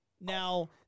Now